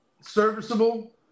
serviceable